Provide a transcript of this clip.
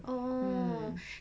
oh